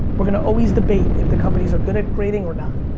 we're gonna always debate if the companies are good at grading or not.